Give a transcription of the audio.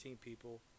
people